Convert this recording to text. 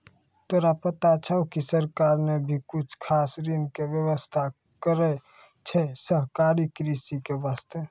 तोरा पता छौं कि सरकार नॅ भी कुछ खास ऋण के व्यवस्था करनॅ छै सहकारी कृषि के वास्तॅ